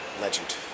legend